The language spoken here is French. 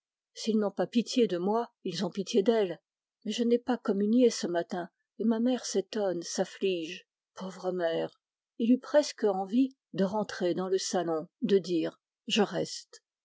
s'ils n'ont pas pitié de moi ils ont pitié d'elle mais je n'ai pas communié ce matin et ma mère s'étonne s'afflige pauvre mère il eut presque envie de rentrer dans le salon de dire je reste